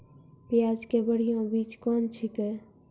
प्याज के बढ़िया बीज कौन छिकै?